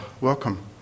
welcome